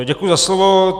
Děkuji za slovo.